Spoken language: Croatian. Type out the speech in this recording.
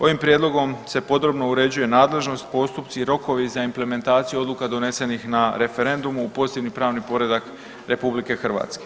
Ovim prijedlogom se podrobno uređuje nadležnost, postupci i rokovi za implementaciju odluka donesenih na referendumu u posljednji pravni poredak RH.